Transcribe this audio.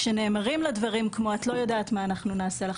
כשנאמרים לה דברים כמו: "את לא יודעת מה אנחנו נעשה לך",